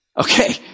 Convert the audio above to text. Okay